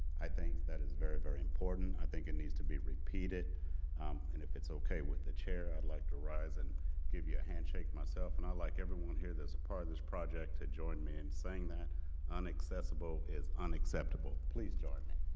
i think that is very very important i think it needs to be repeated and if it's okay with the chair i'd like to rise and give you a handshake myself and i like everyone here there's a part of this project to join me in saying that unaccessible is unacceptable, please join excellent